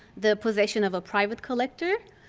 the possession of a private collector.